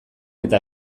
eta